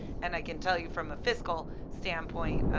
and i can tell you from the fiscal standpoint,